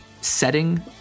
setting